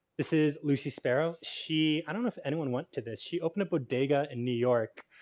this is lucy sparrow. she. i don't know if anyone went to this. she opened a bodega in new york.